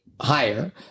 higher